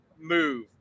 move